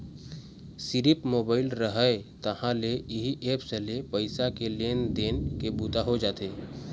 सिरिफ मोबाईल रहय तहाँ ले इही ऐप्स ले पइसा के लेन देन के बूता हो जाथे